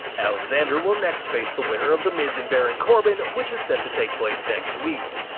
alexander will next face the winner of the miz and baron corbin, which is set to take place next week.